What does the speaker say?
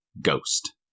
ghost